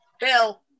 Bill